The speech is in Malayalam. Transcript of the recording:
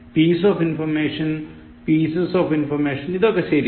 piece of information pieces of information ഇതൊക്കെ ശരിയാണ്